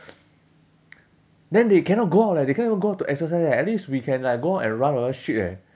then they cannot go out leh they cannot even go out to exercise leh at least we can like go out and run whatever shit eh